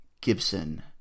Gibson